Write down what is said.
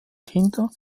kinder